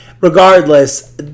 regardless